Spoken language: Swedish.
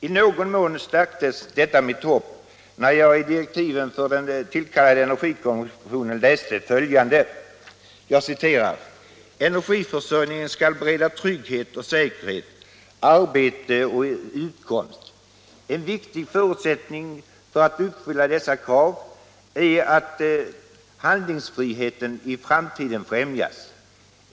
I någon mån stärktes detta mitt hopp när jag i direktiven för den tillkallade energikommissionen läste följande: ”Energiförsörjningen skall bereda trygghet och säkerhet, arbete och utkomst. En viktig förutsättning för att uppfylla dessa krav är att handlingsfriheten i framtiden främjas.